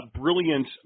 brilliant